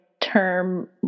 term